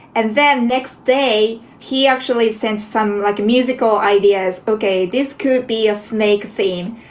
and then next day, he actually sent some like musical ideas. ok. this could be a snake theme.